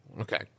Okay